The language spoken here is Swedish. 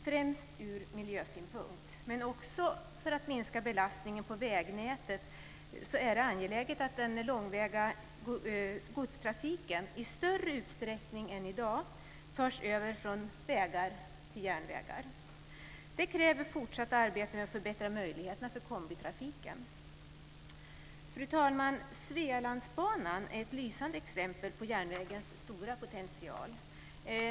Främst från miljösynpunkt, men också för att minska belastningen på vägnätet är det angeläget att den långväga godstrafiken i större utsträckning än i dag förs över från vägar till järnväg. Detta kräver fortsatt arbete med att förbättra möjligheterna för kombitrafik. Fru talman! Svealandsbanan är ett lysande exempel på järnvägens stora potential.